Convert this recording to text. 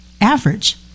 average